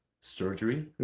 surgery